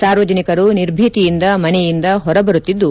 ಸಾರ್ವಜನಿಕರು ನಿರ್ಭೀತಿಯಿಂದ ಮನೆಯಿಂದ ಹೊರಬರುತ್ತಿದ್ದು